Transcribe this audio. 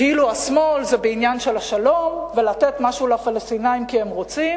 כאילו השמאל זה בעניין של השלום ולתת משהו לפלסטינים כי הם רוצים,